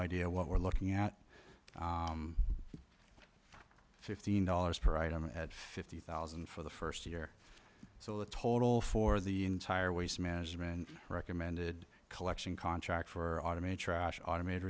idea what we're looking at fifteen dollars per item at fifty thousand for the first year so the total for the entire waste management recommended collection contract for automate trash automat